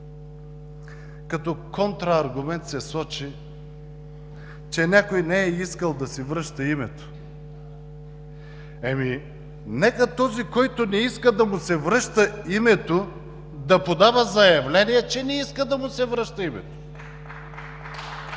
Като контрааргумент се сочи, че някой не е искал да си връща името. Нека този, който не иска да му се връща името, да подава заявление, че не иска да му се връща името!